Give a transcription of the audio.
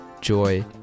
joy